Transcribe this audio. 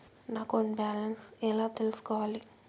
నా account balance ఎలా తెల్సుకోవాలి